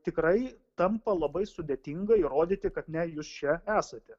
tikrai tampa labai sudėtinga įrodyti kad ne jūs čia esate